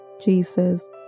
Jesus